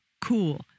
cool